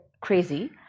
crazy